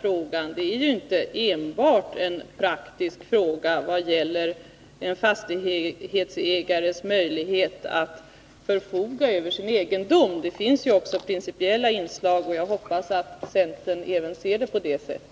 Franzén, inte enbart en praktisk fråga som gäller en fastighetsägares möjlighet att förfoga över sin egendom, det finns också principiella inslag. Jag hoppas att även centern ser det på det sättet.